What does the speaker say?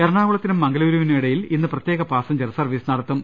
എറണാകുളത്തിനും മംഗലൂരുവിനുമിടയിൽ ഇന്ന് പ്രത്യേക പാസ ഞ്ചർ സർവ്വീസ് നടത്തും